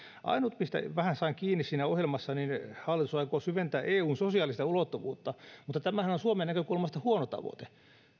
ainut mistä vähän sain kiinni siinä ohjelmassa on se että hallitus aikoo syventää eun sosiaalista ulottuvuutta mutta tämähän on suomen näkökulmasta huono tavoite